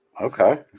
Okay